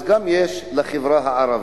יש גם לחברה הערבית.